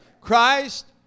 Christ